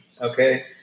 okay